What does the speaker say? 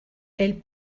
elle